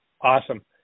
awesome